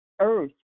earth